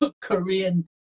Korean